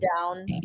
down